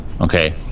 okay